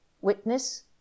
Witness